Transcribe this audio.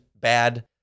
bad